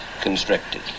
constricted